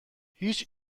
هیچ